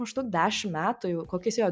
maždaug dešim metų jau kokius jo